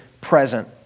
present